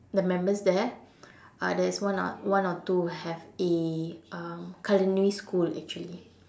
the members there uh there's one or one or two who have a culinary um school actually